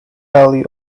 value